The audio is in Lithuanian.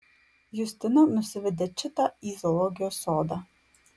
justina nusivedė čitą į zoologijos sodą